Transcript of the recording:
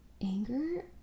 anger